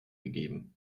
gegeben